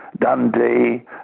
Dundee